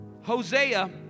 Hosea